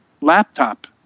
laptop